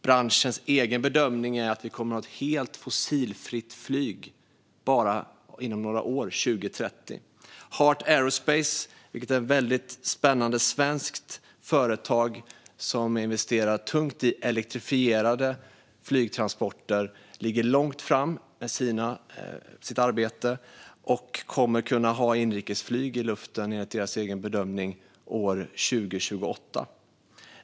Branschens egen bedömning är att vi kommer att ha ett helt fossilfritt flyg inom några år - 2030. Heart Aerospace, ett spännande svenskt företag, investerar tungt i elektrifierade flygtransporter. De ligger långt framme i sitt arbete och kommer att ha inrikesflyg i luften, enligt deras egen bedömning, år 2028.